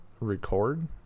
record